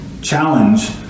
challenge